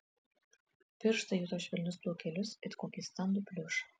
pirštai juto švelnius plaukelius it kokį standų pliušą